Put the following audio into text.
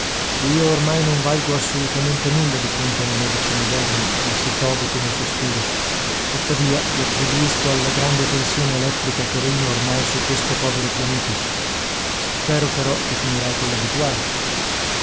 io ormai non valgo assolutamente nulla di fronte ai medici moderni disse toby con un sospiro tuttavia li attribuisco alla grande tensione elettrica che regna ormai su questo povero pianeta spero però che finirai coll'abituarti